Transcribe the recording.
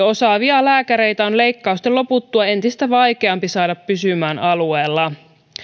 osaavia lääkäreitä on leikkausten loputtua entistä vaikeampi saada pysymään alueella